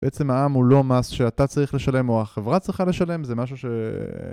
בעצם העם הוא לא מס שאתה צריך לשלם או החברה צריכה לשלם, זה משהו ש...